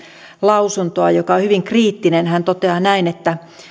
lausuntoa joka on hyvin kriittinen hän toteaa näin